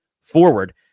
forward